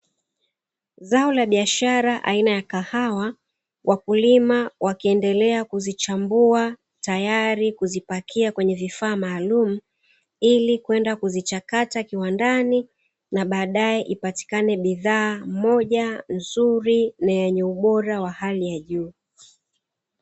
Zao la biashara aina ya kagawa wakulima wakiendelea kuzichambua, tayari kuzipakia kwenye vifaa maalumu ili kwenda kuzichakata kiwandani na baadae ipatikane bidhaa moja nzuri na yenye ubora wa hali ya juu.